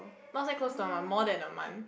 not say close to a month more than a month